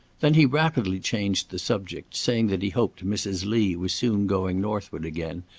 then he rapidly changed the subject, saying that he hoped mrs. lee was soon going northward again,